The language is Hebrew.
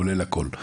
כולל הכל.